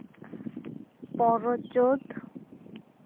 ᱯᱚᱱᱮᱨᱚ ᱪᱟᱹᱛ